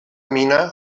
mina